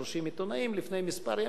30 עיתונאים לפני מספר ימים,